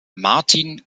martin